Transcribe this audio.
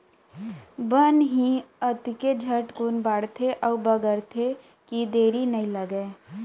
बन ही अतके झटकुन बाढ़थे अउ बगरथे कि देरी नइ लागय